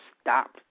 stop